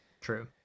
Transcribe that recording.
True